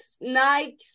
Nike